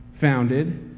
founded